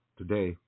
today